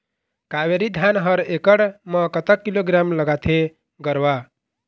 कावेरी धान हर एकड़ म कतक किलोग्राम लगाथें गरवा?